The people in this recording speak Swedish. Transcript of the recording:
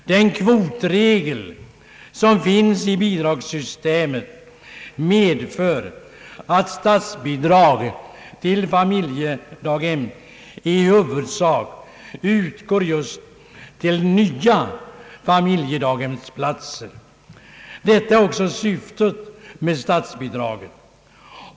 Den kvotregel som finns i bidragssystemet medför att statsbidrag till familjedaghem i huvudsak utgår just till nya familjedaghemsplatser. Detta är också syftet med statsbidraget.